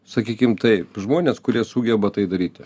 sakykim taip žmonės kurie sugeba tai daryti